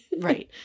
Right